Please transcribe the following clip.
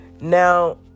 Now